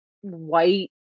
white